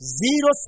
zero